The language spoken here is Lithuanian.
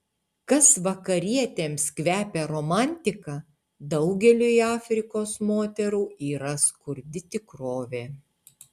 kas vakarietėms kvepia romantika daugeliui afrikos moterų yra skurdi tikrovė